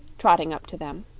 trotting up to them.